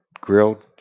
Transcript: grilled